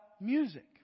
music